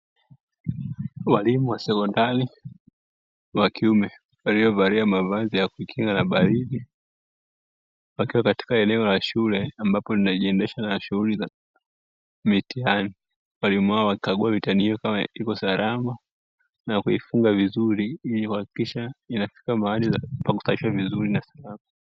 Walimu was sekondari wabkiume waliovalia mavazi ya kujikinga na baridi, wakiwa katika enwo la shule ambapo linajiendesha na shughuli za mitihani ,walimu hao wakikagua mitihani hiyo kama iko salama na kuifunga vizuri ili kuhakikisha mahali salama.